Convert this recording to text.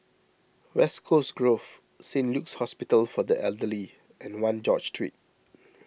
West Coast Grove Saint Luke's Hospital for the Elderly and one George Street